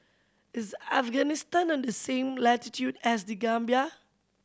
is Afghanistan on the same latitude as The Gambia